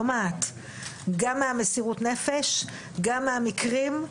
גם מהמסירות נפש, גם מהמקרים,